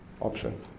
option